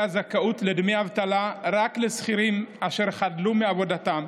זכאות לדמי אבטלה רק לשכירים אשר חדלו מעבודתם.